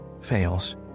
fails